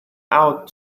out